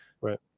right